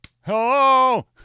hello